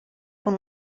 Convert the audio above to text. con